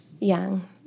young